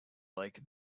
like